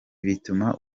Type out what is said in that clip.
bituma